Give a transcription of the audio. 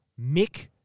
Mick